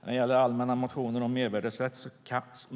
När det gäller allmänna motioner om mervärdesskatt kanske